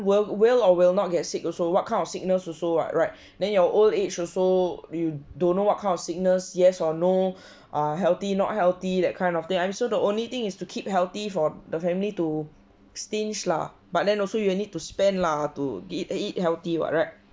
well will or will not get sick also what kind of sickness also what right then your old age also you don't know what kind of sickness yes or no uh healthy not healthy that kind of thing and so the only thing is to keep healthy for the family to stinge lah but then also you need to spend lah to eat healthy what right